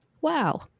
Wow